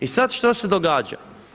I sad šta se događa?